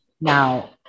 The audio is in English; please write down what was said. Now